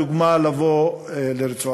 לדוגמה, לבוא לרצועת-עזה.